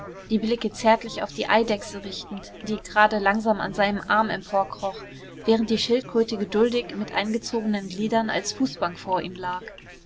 die blicke zärtlich auf die eidechse richtend die gerade langsam an seinem arm emporkroch während die schildkröte geduldig mit eingezogenen gliedern als fußbank vor ihm lag